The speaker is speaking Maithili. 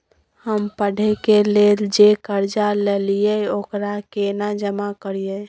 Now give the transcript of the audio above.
हम पढ़े के लेल जे कर्जा ललिये ओकरा केना जमा करिए?